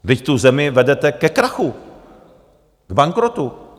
Vy tu zemi vedete ke krachu, k bankrotu.